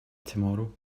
tomorrow